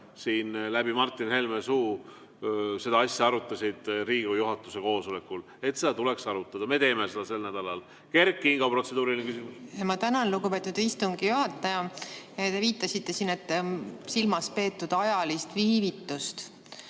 siin läbi Martin Helme suu seda asja arutasid Riigikogu juhatuse koosolekul. Seda tuleks arutada ja me teeme seda sel nädalal. Kert Kingo, protseduuriline küsimus. Ma tänan, lugupeetud istungi juhataja! Te viitasite siin, et silmas peeti ajalist viivitust.